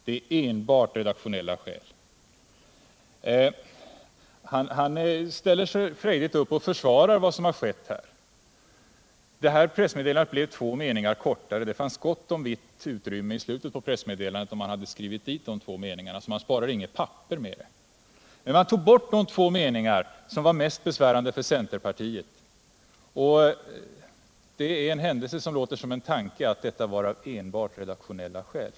Pär Granstedt ställer sig frejdigt upp och försvarar vad som har skett. Pressmeddelandet blev två meningar kortare. Man sparade inget papper — det fanns gott om utrymme i slutet på pressmeddelandet. Man hade kunnat skriva dit de två meningarna. Men man tog alltså bort de två meningar som var mest besvärande för centerpartiet. Det är en händelse som ser ut som en tanke att detta gjordes enbart av redaktionella skäl.